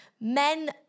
men